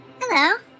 Hello